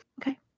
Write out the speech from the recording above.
Okay